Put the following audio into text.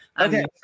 Okay